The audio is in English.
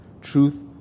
truth